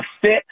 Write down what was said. fit